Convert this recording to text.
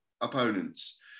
opponents